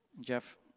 Jeff